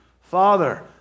Father